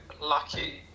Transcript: lucky